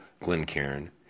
Glencairn